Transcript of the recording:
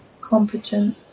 competent